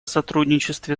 сотрудничестве